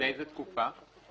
לאיזה תקופה?